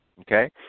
okay